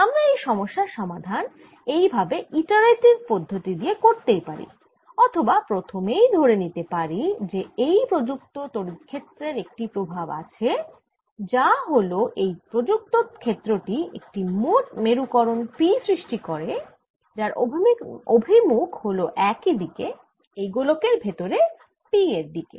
আমরা এই সমস্যার সমাধান এই ভাবে ইটারেটিভ পদ্ধতি দিয়ে করতেই পারি অথবা প্রথমেই ধরে নিতে পারি যে এই প্রযুক্ত তড়িৎ ক্ষেত্রের একটি প্রভাব আছে যা হল এই প্রযুক্ত ক্ষেত্র টি একটি মোট মেরুকরন P সৃষ্টি করে যার অভিমুখ হল একই দিকে এই গোলকের ভেতরে P এর দিকে